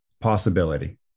possibility